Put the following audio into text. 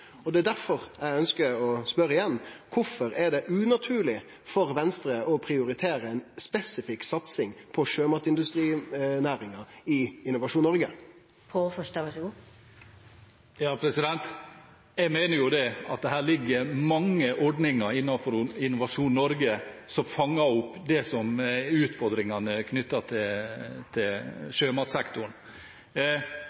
å spørje igjen: Kvifor er det unaturleg for Venstre å prioritere ei spesifikk satsing på sjømatindustrinæringa i Innovasjon Noreg? Jeg mener det ligger mange ordninger innenfor Innovasjon Norge som fanger opp det som er utfordringene knyttet til